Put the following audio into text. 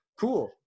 Cool